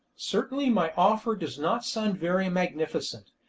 certainly my offer does not sound very magnificent,